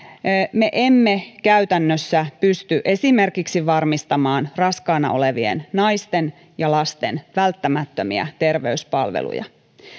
me emme käytännössä pysty esimerkiksi varmistamaan raskaana olevien naisten ja lasten välttämättömiä terveyspalveluja